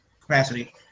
capacity